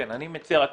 אני מציע,